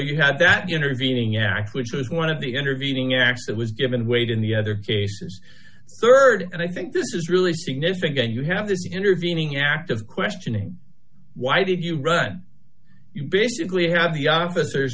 you had that intervening act which was one of the intervening acts that was given weight in the other cases rd and i think this is really significant you have this intervening act of questioning why did you run you basically have the officers